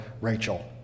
Rachel